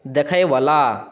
देखयवला